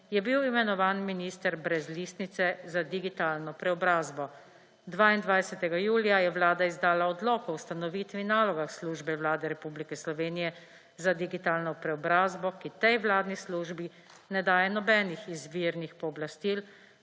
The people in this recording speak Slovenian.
je bil imenovan minister brez listnice za digitalno preobrazbo. 22. julija je Vlada izdala odlok o ustanovitvi in nalogah Službe Vlade Republike Slovenije 88. TRAK: (NM) – 18.15 (nadaljevanje) za digitalno preobrazbo, ki tej vladni službi ne daje nobenih izvirnih pooblastil,